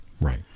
Right